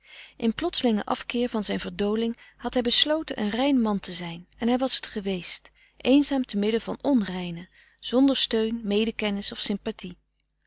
in plotselingen afkeer van zijn verdoling had hij besloten een rein man te zijn en hij was het geweest eenzaam te midden van onreinen zonder steun mede kennis of sympathie